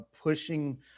pushing